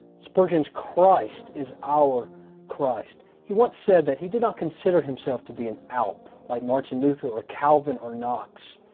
spurgeon's christ is our christ. he once said that he did not consider himself to be an alp, like martin luther or calvin or knox.